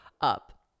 up